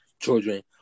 children